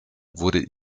wurde